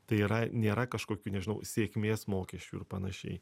tai yra nėra kažkokių nežinau sėkmės mokesčių ir panašiai